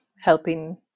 helping